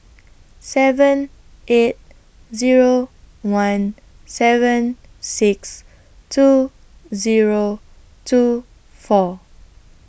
seven eight Zero one seven six two Zero two four